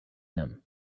him